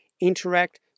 Interact